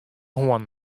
hân